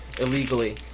illegally